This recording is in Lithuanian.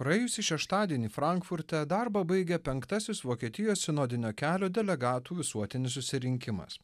praėjusį šeštadienį frankfurte darbą baigė penktasis vokietijos sinodinio kelio delegatų visuotinis susirinkimas